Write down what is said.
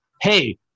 Hey